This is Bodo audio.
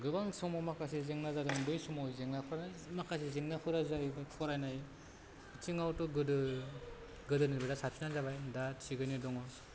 गोबां समाव माखासे जेंना जादों बै समाव जेंनाफोरा माखासे जेंनाफोरा जाहैबाय फरायनाय बिथिङावथ' गोदो गोदोनिफ्रा बिराद साबसिन जाबाय दा थिगैनो दङ